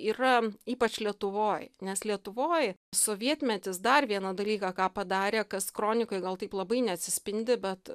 yra ypač lietuvoj nes lietuvoj sovietmetis dar vieną dalyką ką padarė kas kronikoj gal taip labai neatsispindi bet